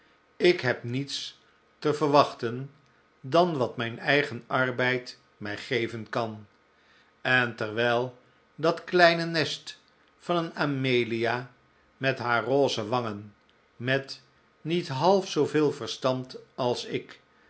ik heb niets te verwachten dan wat mijn eigen arbeid mij geven kan en terwijl dat kleine nest van een amelia met haar roze wangen met niet half zooveel verstand als ik